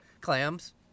clams